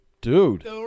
Dude